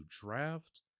draft